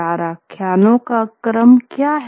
चार आख्यानों का क्रम क्या है